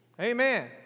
Amen